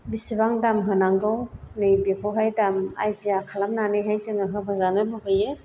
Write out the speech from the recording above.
बेसेबां दाम होनांगौ नै बेखौहाय दाम आइडिया खालामनानैहाय जोङो होबोजानो लुबैयो